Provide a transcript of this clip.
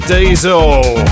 Diesel